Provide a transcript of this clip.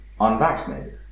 unvaccinated